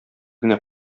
генә